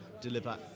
deliver